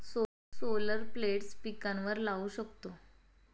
solar plates पिकांवर लाऊ शकतो